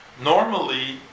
normally